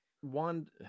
One